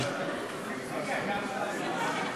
אתה פה לא בפיליבסטר.